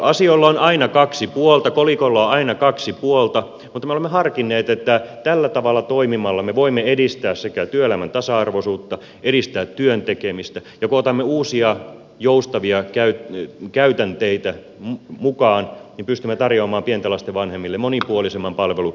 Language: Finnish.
asioilla on aina kaksi puolta kolikolla on aina kaksi puolta mutta me olemme harkinneet että tällä tavalla toimimalla me voimme edistää sekä työelämän tasa arvoisuutta että työn tekemistä ja kun otamme uusia joustavia käytänteitä mukaan niin pystymme tarjoamaan pienten lasten vanhemmille monipuolisemman palvelupaletin